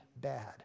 bad